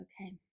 okay